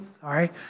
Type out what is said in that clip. sorry